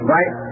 Right